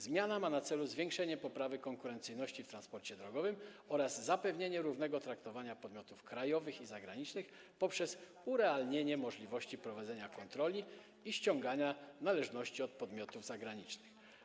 Zmiana ma na celu zwiększenie poprawy konkurencyjności w transporcie drogowym oraz zapewnienie równego traktowania podmiotów krajowych i zagranicznych poprzez urealnienie możliwości prowadzenia kontroli i ściągania należności od podmiotów zagranicznych.